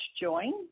join